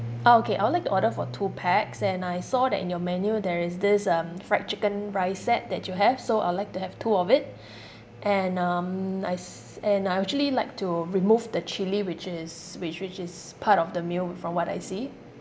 orh okay I would like to order for two pax and I saw that in your menu there is this um fried chicken rice set that you have so I would like to have two of it and um I s~ and I would actually like to remove the chili which is which which is part of the meal from what I see